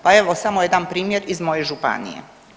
Pa evo samo jedan primjer iz moje županije.